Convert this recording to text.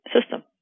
system